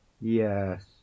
Yes